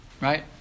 right